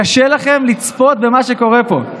קשה לכם לצפות במה שקורה פה.